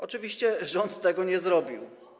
Oczywiście rząd tego nie zrobił.